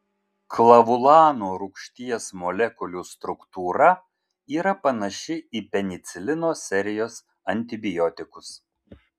klavulano rūgšties molekulių struktūra yra panaši į penicilino serijos antibiotikus